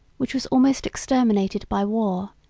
which was almost exterminated by war,